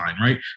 Right